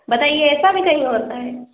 بتائیے ایسا بھی کہیں ہوتا ہے